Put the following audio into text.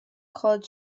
called